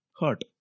hurt